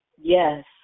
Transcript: Yes